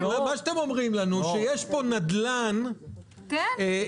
אתם אומרים לנו שיש פה נדל"ן רפאים,